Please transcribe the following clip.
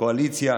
הקואליציה,